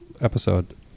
episode